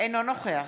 אינו נוכח